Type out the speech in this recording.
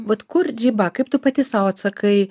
vat kur riba kaip tu pati sau atsakai